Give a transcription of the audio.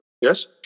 Yes